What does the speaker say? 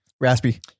raspy